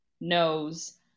knows